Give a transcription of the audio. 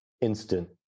instant